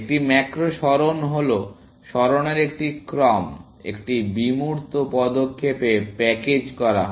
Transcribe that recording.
একটি ম্যাক্রো সরণ হল সরণের একটি ক্রম একটি বিমূর্ত পদক্ষেপে প্যাকেজ করা হয়